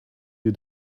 you